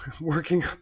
working